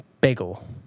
bagel